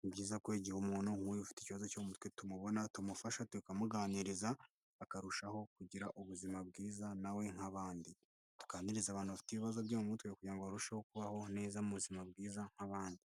ni byiza kwegera umuntu nk'uyu ufite ikibazo cyo mutwe tumubona tumufasha tukamuganiriza akarushaho kugira ubuzima bwiza nawe nk'abandi, tuganiriza abantu bafite ibibazo byo mu mutwe kugira ngo barusheho kubaho neza mu buzima bwiza nk'abandi